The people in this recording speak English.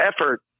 effort